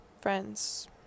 Friends